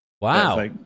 Wow